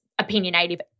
Opinionative